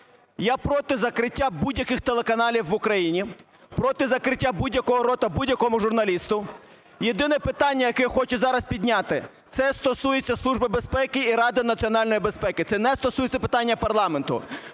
Я проти закриття будь-яких телеканалів в Україні, проти закриття будь-якого рота будь-якому журналісту. Єдине питання, яке я хочу зараз підняти, це стосується Служби безпеки і Ради національної безпеки. Це не стосується питання парламенту.